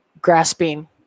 grasping